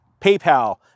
PayPal